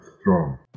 strong